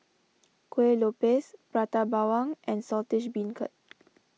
Kuih Lopes Prata Bawang and Saltish Beancurd